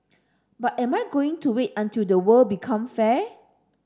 but am I going to wait until the world become fair